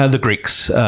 ah the greeks.